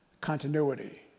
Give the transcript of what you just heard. continuity